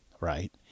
right